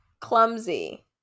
Clumsy